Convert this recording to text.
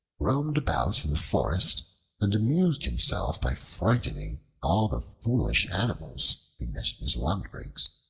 roamed about in the forest and amused himself by frightening all the foolish animals in his wanderings.